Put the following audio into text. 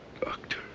doctor